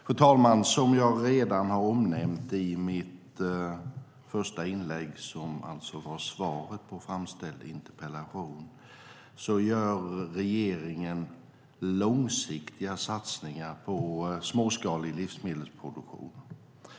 Fru talman! Som jag sade i mitt första inlägg som alltså var svaret på interpellationen gör regeringen långsiktiga satsningar på småskalig livsmedelsproduktion.